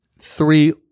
three